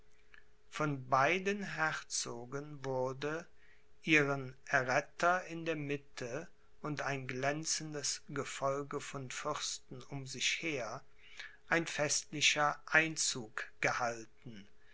von beiden herzogen wurde ihren erretter in der mitte und ein glänzendes gefolge von fürsten um sich her ein festlicher einzug gehalten